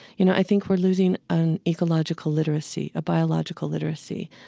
you know, i think we're losing an ecological literacy, a biological literacy,